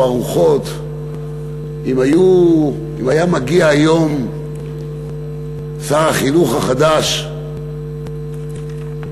הרוחות אם היה מגיע היום שר החינוך החדש והיה מודיע שהוא מבקש חוק זמני,